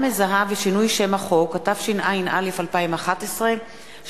התשע”א 2011,